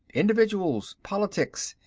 individuals, politics,